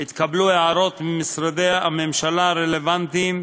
התקבלו הערות משרדי ממשלה הרלוונטיים,